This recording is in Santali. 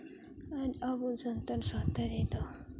ᱟᱨ ᱟᱵᱚ ᱥᱟᱱᱛᱟᱲ ᱥᱟᱶᱛᱟ ᱨᱮᱫᱚ